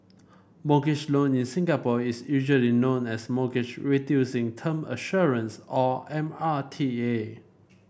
mortgage loan in Singapore is usually known as Mortgage Reducing Term Assurance or M R T A